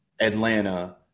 Atlanta